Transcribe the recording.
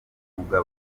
mwuga